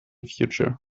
future